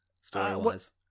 story-wise